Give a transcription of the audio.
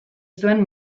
zuen